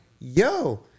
yo